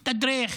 מתדרך